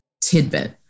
tidbit